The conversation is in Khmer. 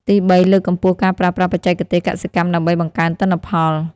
ទីបី លើកកម្ពស់ការប្រើប្រាស់បច្ចេកទេសកសិកម្មដើម្បីបង្កើនទិន្នផល។